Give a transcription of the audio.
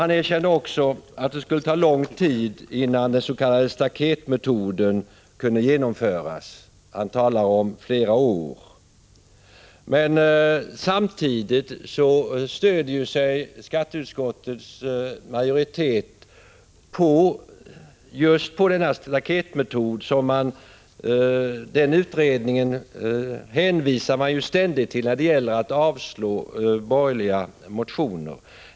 Han erkände också att det skulle ta lång tid innan den s.k. staketmetoden kunde genomföras — han talade om flera år. Samtidigt stöder sig skatteutskottets majoritet just på staketmetoden. Man hänvisar ständigt till utredningen om den när det gäller att avslå borgerliga motioner.